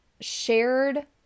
shared